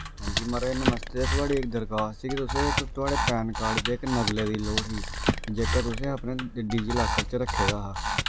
हां जी महाराज नमस्ते थोआढ़ी इक दरखास्त ही तुसें इक थोआढ़े पैन कार्ड दे इक नकलै दी लोड़ ही जेह्का तुसें अपने डी जी लाकर च रक्खे दा हा